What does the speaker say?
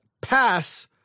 pass